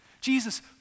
Jesus